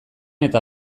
eta